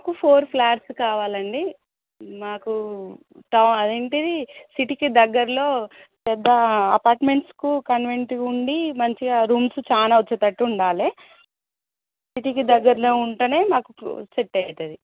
మాకు four flats కావాలండి మాకు టౌ అదేంటది సిటీకి దగ్గరలో పెద్ద అపార్ట్మెంట్స్కి కన్వీనెంట్గా ఉండి మంచిగా రూమ్స్ చాలా వచ్చేటట్టు ఉండాలి సిటీకి దగ్గరలో ఉంటేనే మాకు సేట్ అవుతుంది